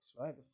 right